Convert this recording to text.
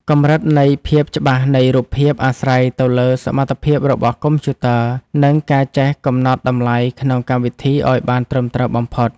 កម្រិតនៃភាពច្បាស់នៃរូបភាពអាស្រ័យទៅលើសមត្ថភាពរបស់កុំព្យូទ័រ និង ការចេះកំណត់តម្លៃក្នុងកម្មវិធីឱ្យបានត្រឹមត្រូវបំផុត។